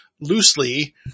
loosely